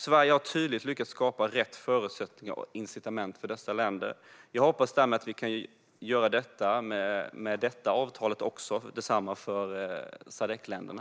Sverige har tydligt lyckats skapa rätt förutsättningar och incitament för dessa länder. Jag hoppas därmed att vi genom detta avtal kan göra detsamma med Sadc-länderna.